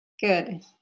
Good